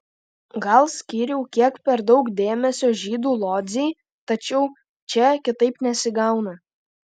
gal skyriau kiek per daug dėmesio žydų lodzei tačiau čia kitaip nesigauna